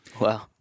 Wow